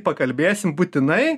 pakalbėsim būtinai